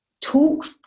talk